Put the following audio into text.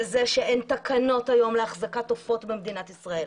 אלא זה שאין תקנות היום להחזקת עופות במדינת ישראל,